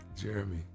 Jeremy